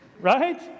Right